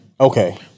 Okay